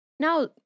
Now